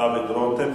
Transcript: דוד רותם.